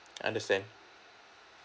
understand